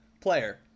player